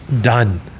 done